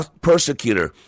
persecutor